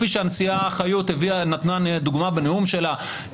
כפי שהנשיאה חיות נתנה דוגמה בנאום שלה,